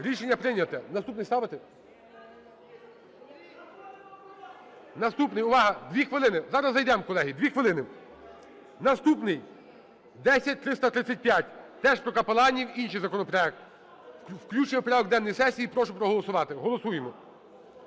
Рішення прийнято. Наступне ставити? Наступне, увага! 2 хвилини, зараз зайдемо, колеги, 2 хвилини. Наступний – 10335, теж про капеланів, інший законопроект. Включення в порядок денний сесії. Прошу проголосувати. Голосуємо.